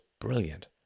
brilliant